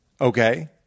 Okay